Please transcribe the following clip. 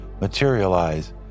materialize